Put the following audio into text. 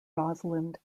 rosalind